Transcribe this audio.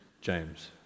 James